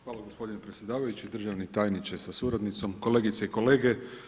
Hvala gospodine predsjedavajući državni tajniče sa suradnicom, kolegice i kolege.